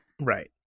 Right